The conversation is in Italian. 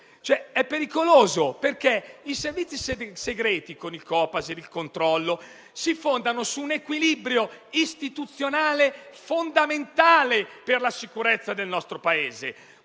è pericolosa, perché i servizi segreti, con il Copasir ed il controllo, si fondano su un equilibrio istituzionale fondamentale per la sicurezza del nostro Paese.